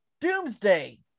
Doomsday